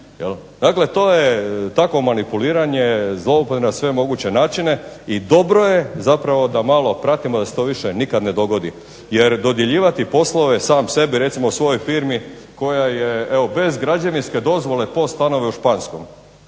Dakle to je takvo manipuliranje, zlouporaba na sve moguće načine, i dobro je zapravo da malo pratimo da se to više nikad ne dogodi. Jer dodjeljivati poslove sam sebi, recimo svojoj firmi koja je evo bez građevinske dozvole POS stanove u Španskom.